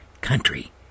country